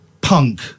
punk